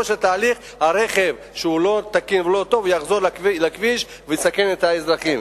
של התהליך רכב שהוא לא תקין ולא טוב יחזור לכביש ויסכן את האזרחים.